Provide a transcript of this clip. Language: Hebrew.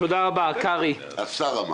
השר אמר.